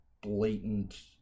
blatant